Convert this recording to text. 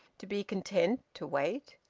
to be content to wait.